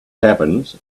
happens